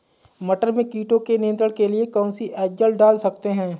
मटर में कीटों के नियंत्रण के लिए कौन सी एजल डाल सकते हैं?